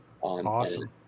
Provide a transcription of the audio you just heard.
Awesome